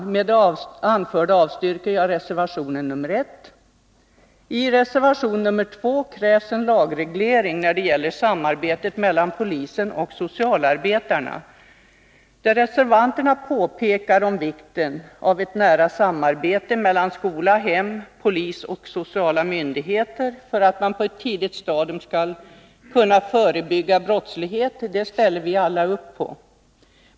Med det anförda avstyrkes reservation nr 1. I reservation nr 2 krävs en lagreglering när det gäller samarbetet mellan polisen och socialarbetarna. Det reservanterna påpekar om vikten av ett nära samarbete mellan skola, hem, polis och sociala myndigheter för att man på ett tidigt stadium skall kunna förebygga brottslighet ställer vi alla upp på.